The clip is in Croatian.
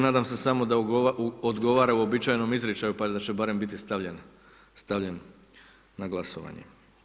Nadam se samo da odgovara uobičajenom izričaju pa da će barem biti stavljen na glasovanje.